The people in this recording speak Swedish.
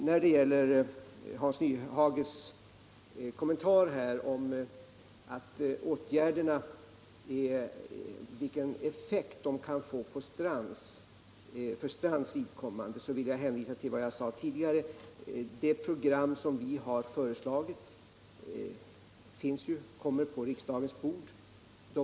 När det gäller Hans Nyhages kommentar om vilken effekt åtgärderna kan få för Strands vidkommande vill jag hänvisa till vad jag sade tidigare: Det program som vi har föreslagit kommer på riksdagens bord.